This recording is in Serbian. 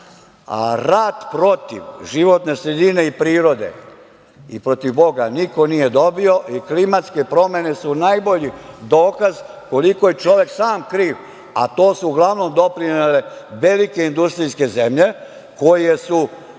A rat protiv životne sredine i prirode i protiv Boga niko nije dobio. Klimatske promene su najbolji dokaz koliko je čovek sam kriv, a tome su uglavnom doprinele velike industrijske zemlje koje su